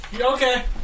Okay